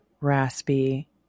raspy